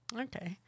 okay